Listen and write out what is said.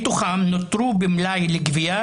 מתוכם נותרו במלאי לגבייה